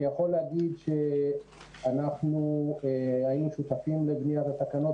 אני יכול להגיד שאנחנו היינו שותפים לבניית התקנות